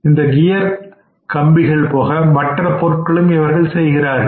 இந்த இந்த கியர் கம்பிகள் போக மற்ற பொருட்களும் செய்கிறார்கள்